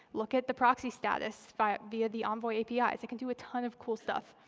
look at the proxy status via via the envoy apis. it can do a ton of cool stuff.